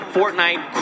Fortnite